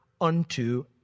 unto